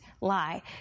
lie